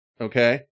Okay